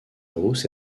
hausse